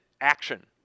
action